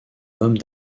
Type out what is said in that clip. homme